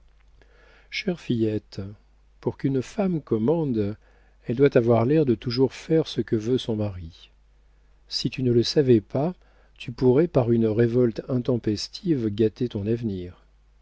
fillette pour qu'une femme commande elle doit avoir l'air de toujours faire ce que veut son mari si tu ne le savais pas tu pourrais par une révolte intempestive gâter ton avenir